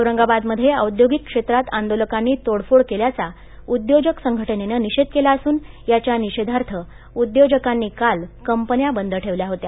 औरंगाबादमध्ये औद्योगिक क्षेत्रात आंदोलकांनी तोडफोड केल्याचा उद्योजक संघटनेनं निषेध केला असून याच्या निषेधार्थ उद्योजकांनी काल कंपन्या बंद ठेवल्या होत्या